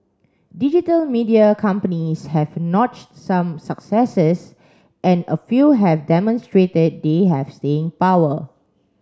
digital media companies have notched some successes and a few have demonstrated they have staying power